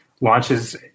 launches